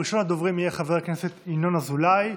ראשון הדוברים יהיה חבר הכנסת ינון אזולאי,